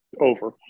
Over